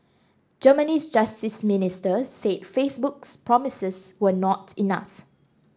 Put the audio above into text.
Germany's justice minister said Facebook's promises were not enough